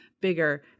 bigger